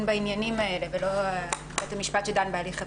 בעניינים האלה ולא בית המשפט שדן בהליך הפלילי.